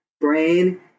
brain